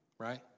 Right